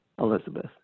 Elizabeth